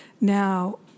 Now